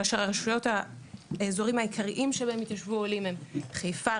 כאשר האזורים העיקריים בהם התיישבו העולים הם: חיפה,